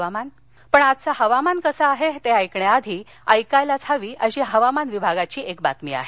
हवामान् आजचं हवामान कसं आहे ते ऐकण्याआधी ऐकायलाच हवी अशी हवामान विभागाची एक बातमी आहे